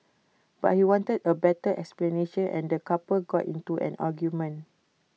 but he wanted A better explanation and the couple got into an argument